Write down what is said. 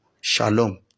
Shalom